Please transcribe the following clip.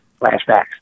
flashbacks